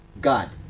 God